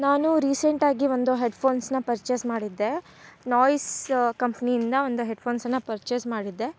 ನಾನು ರೀಸೆಂಟಾಗಿ ಒಂದು ಹೆಡ್ಫೋನ್ಸ್ನ ಪರ್ಚೆಸ್ ಮಾಡಿದ್ದೆ ನೋಯ್ಸ್ ಕಂಪನಿಯಿಂದ ಒಂದು ಹೆಡ್ಫೋನ್ಸನ್ನ ಪರ್ಚೆಸ್ ಮಾಡಿದ್ದೆ